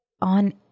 on